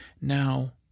Now